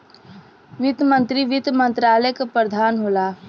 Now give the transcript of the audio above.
वित्त मंत्री वित्त मंत्रालय क प्रधान होला